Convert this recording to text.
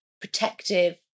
protective